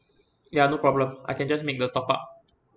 ya no problem I can just make the top up